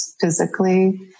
physically